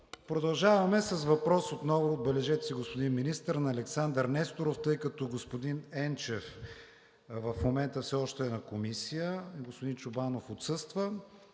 Продължаваме с въпрос отново – отбележете си, господин Министър, на Александър Несторов, тъй като господин Енчев в момента все още е на Комисия, господин Чобанов отсъства,